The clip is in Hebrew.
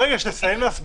רגע, שתסיים להסביר.